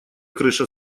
крыша